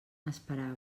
esperava